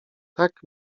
tak